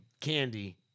candy